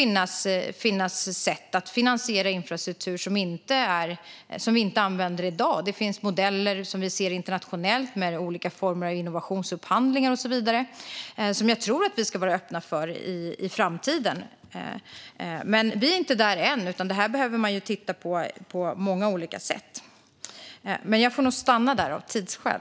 När det gäller finansiering av infrastruktur kan det finnas sätt som vi inte använder i dag. Internationellt finns det modeller med olika former av innovationsupphandlingar och så vidare som jag tror att vi ska vara öppna för i framtiden. Men vi är inte där än. Det finns många olika sätt som man behöver titta på. Jag får stanna där av tidsskäl.